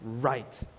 right